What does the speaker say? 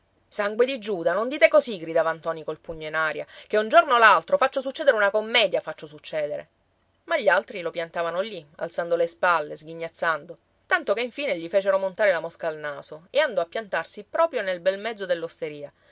sangue di giuda non dite così gridava ntoni col pugno in aria che un giorno o l'altro faccio succedere una commedia faccio succedere ma gli altri lo piantavano lì alzando le spalle sghignazzando tanto che infine gli fecero montare la mosca al naso e andò a piantarsi proprio nel bel mezzo